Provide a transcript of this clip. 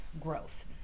growth